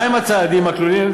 מה הם הצעדים הכלולים?